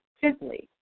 simply